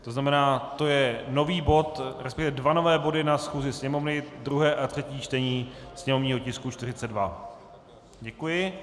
To znamená, to je nový bod, resp. dva nové body na schůzi Sněmovny, druhé a třetí čtení sněmovního tisku 42. Děkuji.